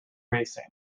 racing